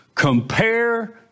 Compare